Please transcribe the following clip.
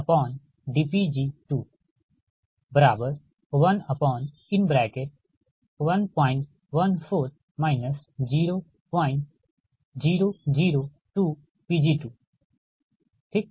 अबL211 dPLdPg21114 0002 Pg2 ठीक